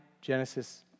Genesis